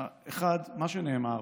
1. מה שנאמר,